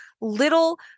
little